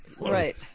Right